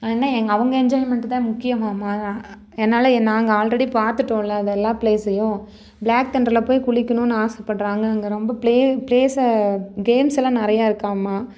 ஆனால் எங்களை அவங்க என்ஜாய்மெண்ட்டு தான் முக்கியமாம என்னால் எ நாங்கள் ஆல்ரெடி பார்த்துட்டோல்ல அதெல்லாம் ப்ளேஸையும் ப்ளாக் தண்டரில் போய் குளிக்கணும்னு ஆசைப்பட்றாங்க அங்கே ரொம்ப ப்ளே ப்ளேஸை கேம்ஸ்ஸெலாம் நிறையா இருக்காமா